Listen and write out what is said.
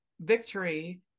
victory